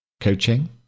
coaching